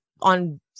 on